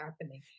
happening